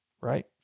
right